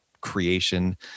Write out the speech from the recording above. creation